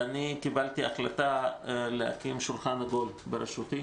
קיבלתי החלטה להקים שולחן עגול בראשותי